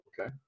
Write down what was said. Okay